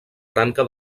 branca